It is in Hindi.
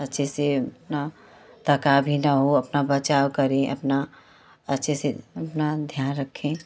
अच्छे से अपना तका भी न हो अपना बचाव करें अपना अच्छे से अपना ध्यान रखें